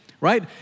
right